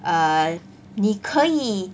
err 你可以